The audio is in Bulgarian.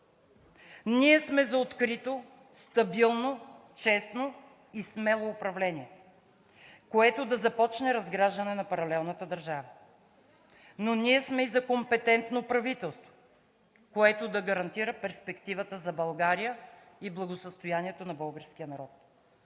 Ние сме за открито, стабилно, честно и смело управление, което да започне разграждане на паралелната държава (реплика от ГЕРБ-СДС), но ние сме и за компетентно правителство, което да гарантира перспективата за България и благосъстоянието на българския народ.